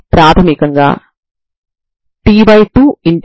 ఇక్కడ మనం Am లను పొందాము